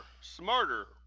smarter